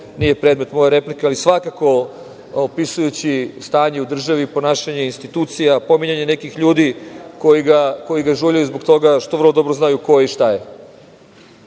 nije predmet moje replike, ali svakako opisujući stanje u državi, ponašanje insitucija, pominjanje nekih ljudi koji ga žuljaju zbog toga što vrlo dobro znaju ko je i šta je.